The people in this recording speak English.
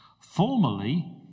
Formerly